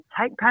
take